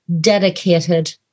dedicated